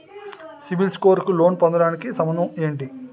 CIBIL score కు loan పొందటానికి సంబంధం ఏంటి?